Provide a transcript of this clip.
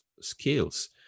skills